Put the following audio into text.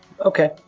Okay